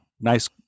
nice